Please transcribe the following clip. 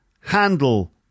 handle